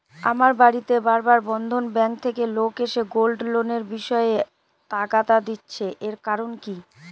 আমার বাড়িতে বার বার বন্ধন ব্যাংক থেকে লোক এসে গোল্ড লোনের বিষয়ে তাগাদা দিচ্ছে এর কারণ কি?